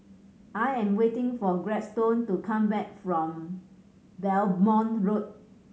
I am waiting for Gladstone to come back from Belmont Road